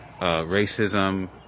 racism